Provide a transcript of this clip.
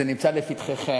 זה נמצא לפתחכם,